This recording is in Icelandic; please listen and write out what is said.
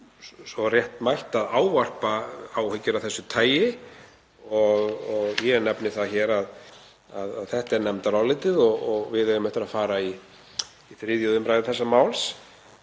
alveg réttmætt að ávarpa áhyggjur af þessu tagi. Ég nefni það hér að þetta er nefndarálitið og við eigum eftir að fara í 3. umr. þessa máls.